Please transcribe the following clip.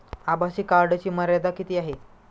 आभासी कार्डची मर्यादा किती आहे?